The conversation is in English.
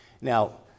Now